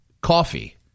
Coffee